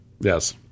Yes